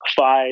five